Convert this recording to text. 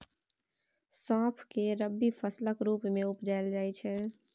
सौंफ केँ रबी फसलक रुप मे उपजाएल जाइ छै